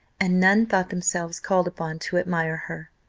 and none thought themselves called upon to admire her.